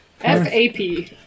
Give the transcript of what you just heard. F-A-P